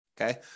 okay